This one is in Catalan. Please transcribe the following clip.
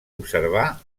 observar